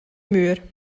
muur